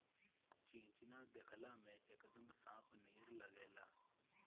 चिचिना देखला में एकदम सांप नियर लागेला